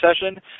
session